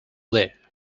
there